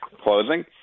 closing